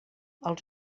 els